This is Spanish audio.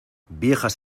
viejas